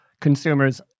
consumers